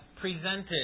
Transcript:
presented